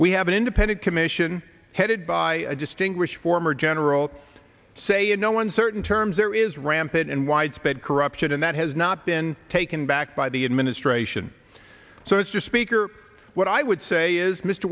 we have an independent commission headed by a distinguished former general say you know one certain terms there is rampant and widespread corruption and that has not been taken back by the administration so it's your speaker what i would say is mr